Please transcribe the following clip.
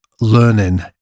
Learning